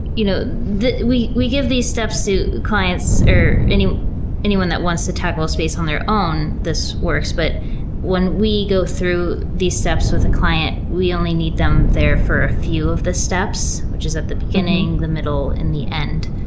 you know we we give these steps to clients, or anyone anyone that wants to tackle a space on their own, this works. but when we go through these steps with a client, we only need them there for a few of the steps, which is at the beginning, the middle, and the end.